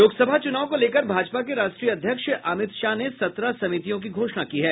लोकसभा चूनाव को लेकर भाजपा के राष्ट्रीय अध्यक्ष अमित शाह ने सत्रह समितियों की घोषणा की है